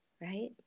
right